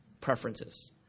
preferences